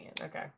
Okay